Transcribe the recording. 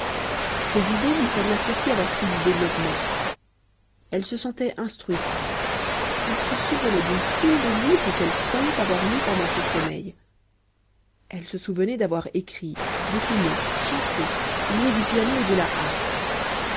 ses idées lui semblèrent aussi avoir pris du développement elle se sentait instruite elle se souvenait d'une foule de livres qu'elle croyait avoir lus pendant son sommeil elle se souvenait d'avoir écrit dessiné chanté joué du piano et de la harpe